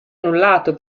annullato